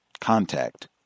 contact